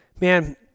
Man